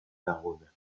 laguna